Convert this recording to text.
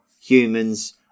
humans